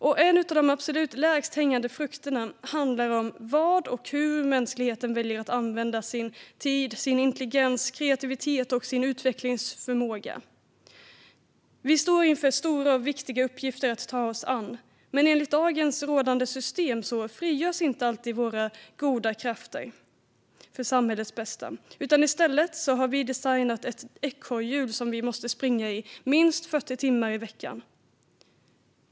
Och en av de absolut lägst hängande frukterna handlar om hur mänskligheten väljer att använda sin tid, intelligens, kreativitet och utvecklingsförmåga. Vi står inför stora och viktiga uppgifter att ta oss an, men enligt dagens rådande system frigörs inte alltid våra goda krafter för samhällets bästa. I stället har vi designat ett ekorrhjul som vi måste springa i, minst 40 timmar i veckan.